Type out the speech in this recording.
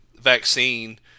vaccine